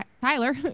Tyler